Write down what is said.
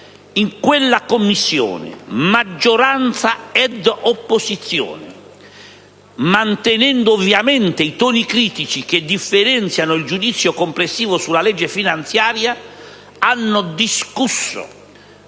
In quella Commissione, maggioranza e opposizione, mantenendo ovviamente i toni critici che differenziano il giudizio complessivo sulla legge finanziaria, hanno discusso